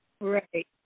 Right